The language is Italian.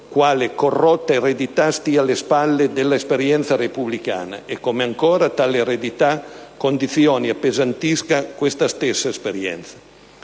quale corrotta eredità stia alle spalle della esperienza repubblicana e come ancora tale eredità condizioni e appesantisca questa stessa esperienza».